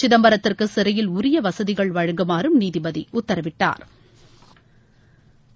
சிதம்பரத்திற்கு சிறையில் உரிய வசதிகள் வழங்குமாறு நீதிபதி உத்தரவிட்டாள்